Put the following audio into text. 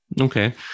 Okay